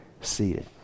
seated